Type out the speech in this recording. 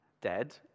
dead